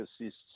assists